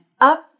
up